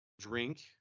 Drink